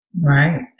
Right